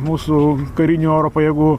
mūsų karinių oro pajėgų